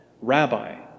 Rabbi